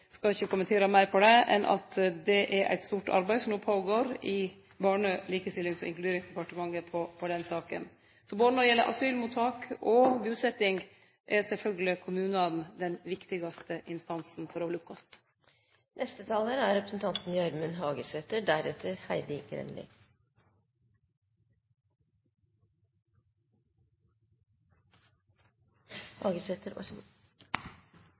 skal ikkje kommentere det meir enn å seie at det er eit stort arbeid som no går føre seg i Barne-, likestillings- og inkluderingsdepartementet i den saka. Så når det gjeld både asylmottak og busetjing, er sjølvsagt kommunane den viktigaste instansen for å lukkast. Statsråden har rett i éin ting, og det er